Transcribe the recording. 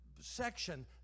Section